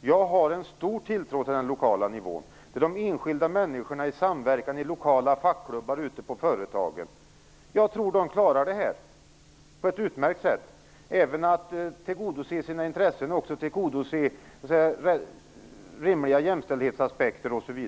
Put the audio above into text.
Jag har stor tilltro till den lokala nivån. Jag tror att de enskilda människorna i samverkan i lokala fackklubbar ute på företagen klarar det här på ett utmärkt sätt. Det gäller då även att tillgodose sina intressen, beakta rimliga jämställdhetsaspekter osv.